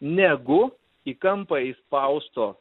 negu į kampą įspausto